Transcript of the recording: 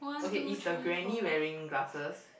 okay is the granny wearing glasses